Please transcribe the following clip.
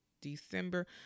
December